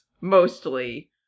mostly